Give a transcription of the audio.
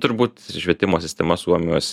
turbūt švietimo sistema suomijos